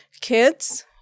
kids